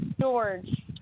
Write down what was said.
George